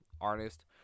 artist